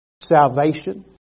salvation